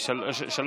למה הייתה הצבעה אחת?